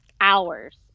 hours